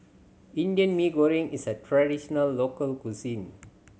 Indian Mee Goreng is a traditional local cuisine